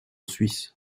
suisse